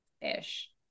Ish